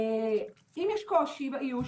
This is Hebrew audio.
אם יש קושי באיוש,